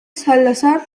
salazar